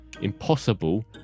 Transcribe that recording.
impossible